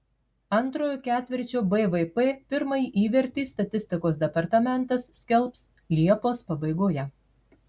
antrojo ketvirčio bvp pirmąjį įvertį statistikos departamentas skelbs liepos pabaigoje